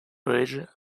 bridge